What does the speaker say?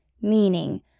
Meaning